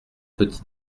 petit